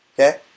Okay